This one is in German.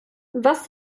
was